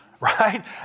right